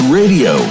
radio